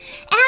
And